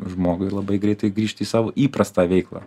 žmogui labai greitai grįžti į savo įprastą veiklą